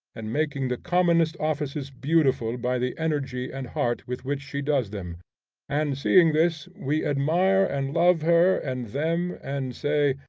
and making the commonest offices beautiful by the energy and heart with which she does them and seeing this we admire and love her and them, and say,